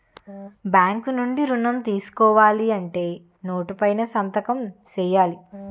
bank నుండి ఋణం తీసుకోవాలంటే నోటు పైన సంతకం సేయాల